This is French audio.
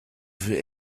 veut